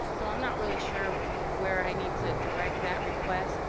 so i'm not really sure where i need to direct that request.